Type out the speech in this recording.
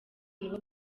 nibo